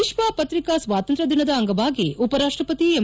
ವಿಶ್ವ ಪತ್ರಿಕಾ ಸ್ವಾತಂತ್ರ ದಿನದ ಅಂಗವಾಗಿ ಉಪರಾಷ್ಷಪತಿ ಎಂ